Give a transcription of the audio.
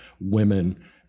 women